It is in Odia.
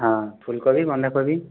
ହଁ ଫୁଲ କୋବି ବନ୍ଧା କୋବି